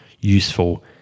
useful